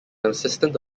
assistant